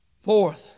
Fourth